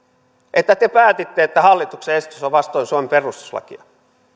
että te päätitte että hallituksen esitys on vastoin suomen perustuslakia